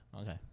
okay